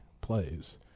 plays